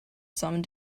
some